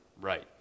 Right